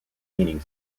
meaning